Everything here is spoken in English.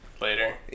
Later